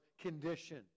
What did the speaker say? condition